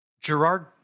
Gerard